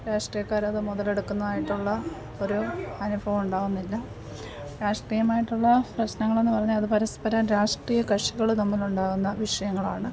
രാഷ്ട്രീയക്കാരത് മുതലെടുക്കുന്നതായിട്ടുള്ള ഒരു അനുഭവം ഉണ്ടാവുന്നില്ല രാഷ്ട്രീയമായിട്ടുള്ള പ്രശ്നങ്ങളെന്ന് പറഞ്ഞാൽ അത് പരസ്പരം രാഷ്ട്രീയ കഷികൾ തമ്മിലുണ്ടാവുന്ന വിഷയങ്ങളാണ്